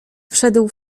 wszedł